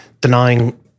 denying